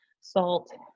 salt